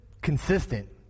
consistent